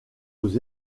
aux